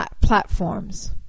platforms